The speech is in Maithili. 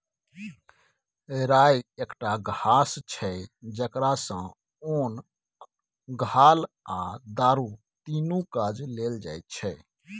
राइ एकटा घास छै जकरा सँ ओन, घाल आ दारु तीनु काज लेल जाइ छै